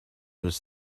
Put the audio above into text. was